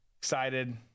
Excited